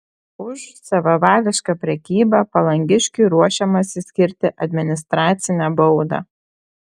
už savavališką prekybą palangiškiui ruošiamasi skirti administracinę baudą